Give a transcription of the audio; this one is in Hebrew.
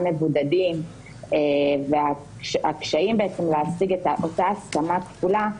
מבודדים והקשיים להשיג את אותה הסכמה כפולה,